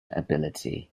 ability